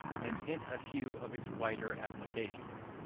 and hint a few of its wider applications.